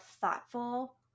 thoughtful